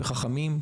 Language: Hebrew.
חכמים,